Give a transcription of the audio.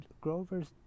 Grover's